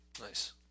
Nice